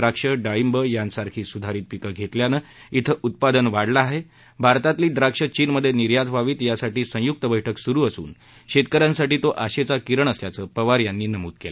द्राक्ष डाळींब यासारखी सुधारित पीकं घेतल्यानं इथं उत्पादन वाढलं आहे भारतातली द्राक्ष चीनमधे निर्यात व्हावीत यासाठी संय्क्त बैठक स्रु असून शेतक यांसाठी तो आशेचा किरण असल्याचं पवार यांनी नमूद केलं